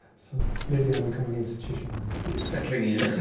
so maybe i'm becoming institutionalised. you're settling in.